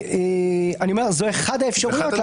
אני אומר שזאת אחת האפשרויות.